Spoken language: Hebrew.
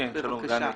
בבקשה.